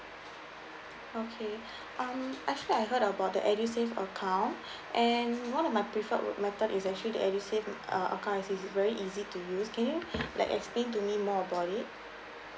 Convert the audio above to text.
okay um actually I heard about the edusave account and what if I'm preferred would matter is actually the edusave uh account cause it is very easy to use can you like explain to me more about it